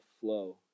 flow